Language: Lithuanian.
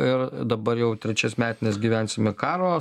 ir dabar jau trečias metines gyvensime karo